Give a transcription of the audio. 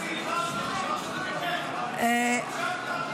הוא אמר שהוא בעד ------ עודד,